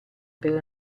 per